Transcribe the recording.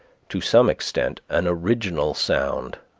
to some extent, an original sound,